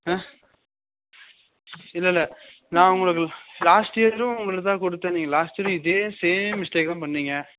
ஆ இல்லயில்ல நான் உங்களுக்கு லாஸ்ட் இயரும் உங்களுக்குதான் கொடுத்தேன் நீங்கள் லாஸ்ட் இயர் இதே சேம் மிஸ்டேக் தான் பண்ணீங்க